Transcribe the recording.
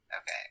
Okay